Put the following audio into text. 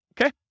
okay